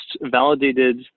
validated